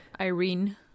Irene